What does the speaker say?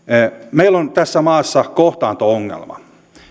meillä on tässä maassa kohtaanto ongelma